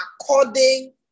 according